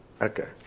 Okay